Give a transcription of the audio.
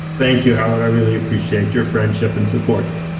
thank you, howard, i really appreciate your friendship and support.